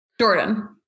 Jordan